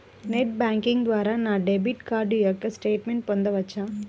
Net banking ద్వారా నా debit card యొక్క స్టేట్మెంట్ పొందవచ్చా?